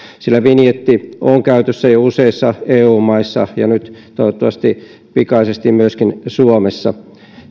sillä vinjetti on käytössä jo useissa eu maissa ja nyt toivottavasti pikaisesti myöskin suomessa